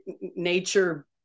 nature